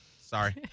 Sorry